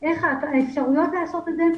את האפשרויות לעשות את זה.